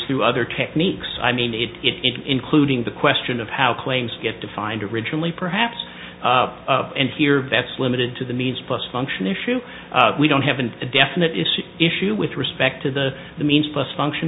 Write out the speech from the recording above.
through other techniques i mean it it including the question of how claims get defined originally perhaps and here vets limited to the means plus function issue we don't have a definite issue with respect to the the means plus function